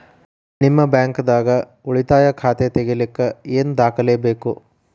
ನಿಮ್ಮ ಬ್ಯಾಂಕ್ ದಾಗ್ ಉಳಿತಾಯ ಖಾತಾ ತೆಗಿಲಿಕ್ಕೆ ಏನ್ ದಾಖಲೆ ಬೇಕು?